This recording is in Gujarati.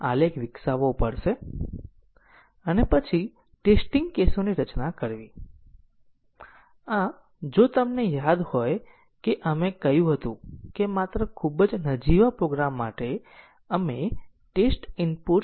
પ્રથમ વસ્તુ એ છે કે આપણે પ્રોગ્રામમાં તમામ સ્ટેટમેન્ટોને તમામ નોડ નંબર આપવાના છે અને આપણે દરેક પ્રોગ્રામ માટે ગ્રાફમાં એક નોડ દોરવાનો છે અને આપણે જોવાનું છે કે ત્યાં એક નોડથી બીજામાં કંટ્રોલ નું ટ્રાન્સફર શક્ય છે કે નહીં